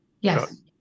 Yes